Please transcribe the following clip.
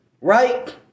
Right